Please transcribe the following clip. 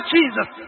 Jesus